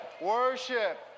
Worship